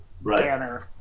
banner